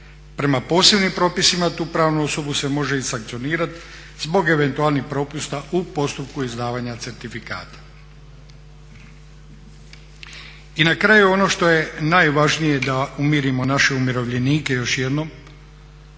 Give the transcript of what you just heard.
Prema posebnim propisima tu pravnu osobu se može i sankcionirat zbog eventualnih propusta u postupku izdavanja certifikata. I na kraju ono što je najvažnije, da umirimo naše umirovljenike još jednom,